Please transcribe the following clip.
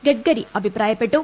ഗഡ്കരി അഭിപ്രായപ്പെട്ടു